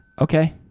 Okay